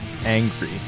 Angry